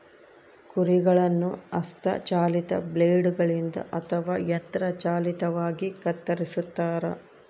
ಕುರಿಗಳನ್ನು ಹಸ್ತ ಚಾಲಿತ ಬ್ಲೇಡ್ ಗಳಿಂದ ಅಥವಾ ಯಂತ್ರ ಚಾಲಿತವಾಗಿ ಕತ್ತರಿಸ್ತಾರ